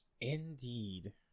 Indeed